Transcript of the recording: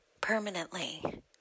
permanently